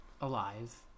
alive